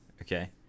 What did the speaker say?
Okay